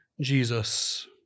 Jesus